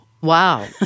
Wow